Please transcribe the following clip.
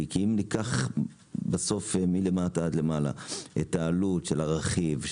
כי אם ניקח בסוף מלמטה עד למעלה את העלות של הרכיב,